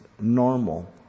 Normal